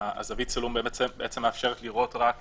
זווית הצילום מאפשרת לראות רק